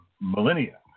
millennia